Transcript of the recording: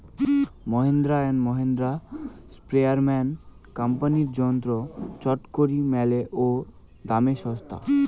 Mahindra and Mahindra, sprayerman কোম্পানির যন্ত্র চটকরি মেলে ও দামে ছস্তা